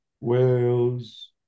Wales